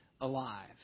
alive